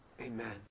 Amen